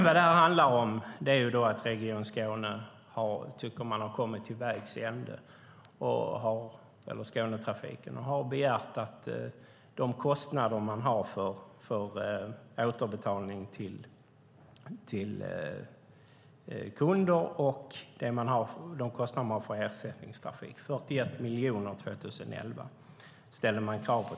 Vad det handlar om är att Skånetrafiken tycker att man har kommit till vägs ände och ställer krav på Trafikverket att få tillbaka pengar för de kostnader man har för återbetalning till kunder och för ersättningstrafik, som var 41 miljoner 2011.